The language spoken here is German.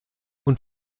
und